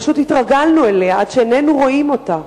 פשוט התרגלנו אליה, עד שאיננו רואים אותה.